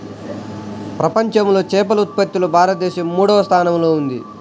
ప్రపంచంలో చేపల ఉత్పత్తిలో భారతదేశం మూడవ స్థానంలో ఉంది